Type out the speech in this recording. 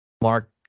Mark